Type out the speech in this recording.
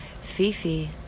Fifi